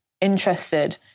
interested